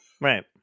Right